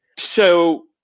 so,